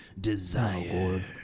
desire